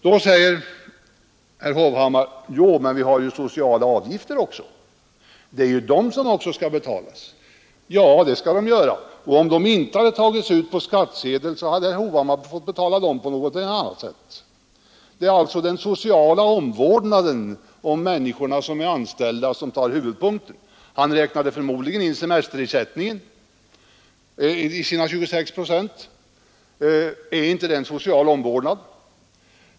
Då säger herr Hovhammar: Ja, men vi har väl sociala avgifter — de skall också betalas. Ja, de skall också betalas, och hade de inte tagits ut på skattsedeln så hade herr Hovhammar fått betala dem på något annat sätt. Det är alltså den sociala omvårdnaden av de anställda som tar huvuddelen. Han räknade förmodligen in semesterersättningen i sina 26 procent. Innebär inte den social omvårdnad?